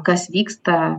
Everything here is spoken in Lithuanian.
kas vyksta